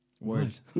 Words